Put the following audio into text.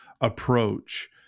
approach